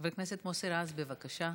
חבר הכנסת מוסי רז, בבקשה.